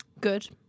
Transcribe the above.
Good